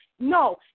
no